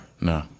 No